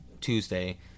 Tuesday